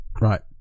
Right